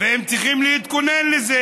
והם צריכים להתכונן לזה.